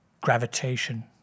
gravitation